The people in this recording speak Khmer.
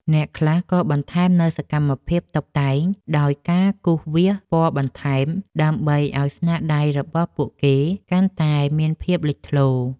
អ្នកខ្លះក៏បន្ថែមនូវសកម្មភាពតុបតែងដោយការគូរវាសពណ៌បន្ថែម ដើម្បីឱ្យស្នាដៃរបស់ពួកគេកាន់តែមានភាពលេចធ្លោ។